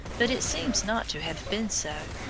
but it seems not to have been so.